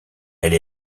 elle